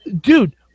Dude